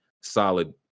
solid